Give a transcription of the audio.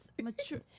mature